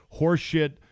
horseshit